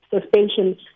suspension